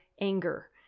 anger